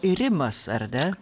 irimas ar ne